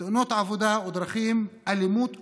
תאונות העבודה והדרכים, האלימות והפשיעה,